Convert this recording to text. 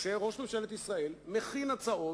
שראש ממשלת ישראל מכין הצעות,